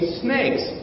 snakes